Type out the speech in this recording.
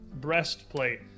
breastplate